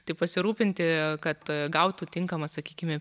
tai pasirūpinti kad gautų tinkamą sakykime